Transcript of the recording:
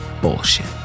bullshit